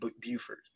Buford